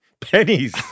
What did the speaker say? Pennies